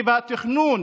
כי בתכנון